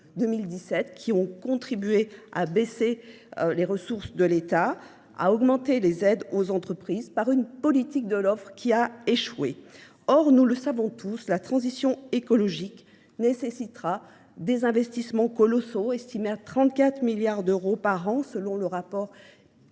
2017, qui ont contribué à diminuer les ressources de l’État et à augmenter les aides aux entreprises par une « politique de l’offre » qui a échoué. Or, nous le savons tous, la transition écologique nécessitera des investissements colossaux, estimés à 34 milliards d’euros par an dans le rapport